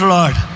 Lord